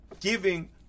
giving